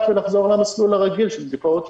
ולחזור למסלול הרגיל של ביקורת שיפוטית.